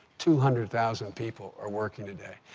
two hundred thousand people are working today.